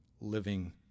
living